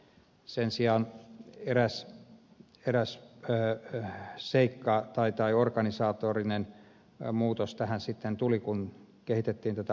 sen sijaan eräs heräs käyttö seikkaa tai tai organisatorinen muutos tähän sitten tuli kun kehitettiin tätä aluehallintovirastoa